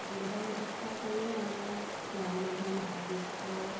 এইবিলাক ব্যৱস্থা কৰিয়েই আমাৰ গাঁৱৰ মানুহে মাথা বিষৰ